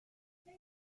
what